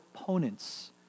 opponents